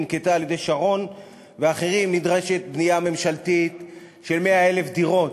וננקטה על-ידי שרון ואחרים: נדרשת בנייה ממשלתית של 100,000 דירות,